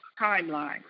timeline